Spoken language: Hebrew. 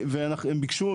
והם ביקשו,